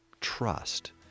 trust